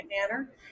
manner